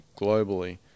globally